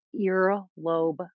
earlobe